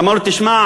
אמר לו: תשמע,